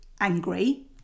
angry